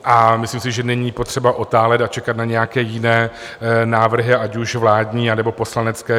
A myslím si, že není potřeba otálet a čekat na nějaké jiné návrhy, ať už vládní, anebo poslanecké.